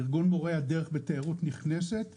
ארגון מורי הדרך בתיירות נכנסת בלבד,